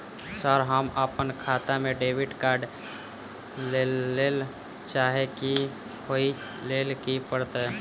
Sir हम अप्पन खाता मे डेबिट कार्ड लेबलेल चाहे छी ओई लेल की परतै?